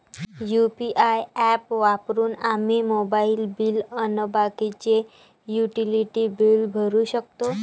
UPI app वापरून आम्ही mobile bill अन बाकीचे युटिलिटी बिल भरू शकतो